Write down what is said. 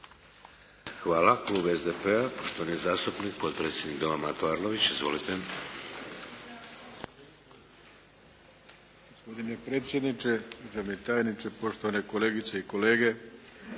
Hvala. Klub SDP-a poštovani zastupnik potpredsjednik Doma Mato Arlović. Izvolite.